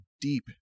deep